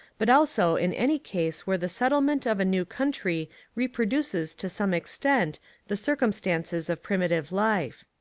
but also in any case where the settlement of a new country reproduces to some extent the circumstances of primitive life.